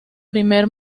primer